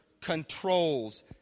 controls